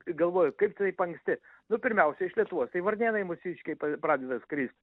galvoju kaip taip anksti nu pirmiausia iš lietuvos tai varnėnai mūsiškiai pradeda skrist